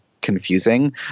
confusing